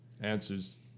Answers